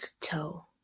toe